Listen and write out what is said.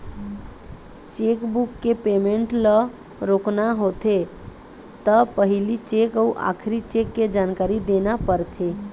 chequebook के payment ल रोकना होथे त पहिली चेक अउ आखरी चेक के जानकारी देना परथे